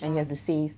and you have to save